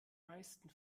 meisten